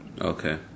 Okay